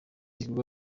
igikorwa